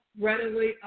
readily